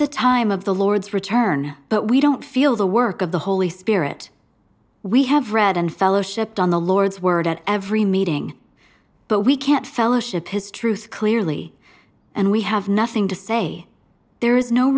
the time of the lord's return but we don't feel the work of the holy spirit we have read and fellowship done the lord's word at every meeting but we can't fellowship is truth clearly and we have nothing to say there is no